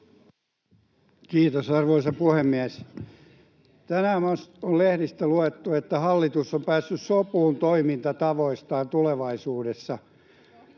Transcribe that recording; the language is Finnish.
Kiitos, arvoisa puhemies! Tänään on lehdistä luettu, että hallitus on päässyt sopuun toimintatavoistaan tulevaisuudessa.